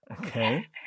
Okay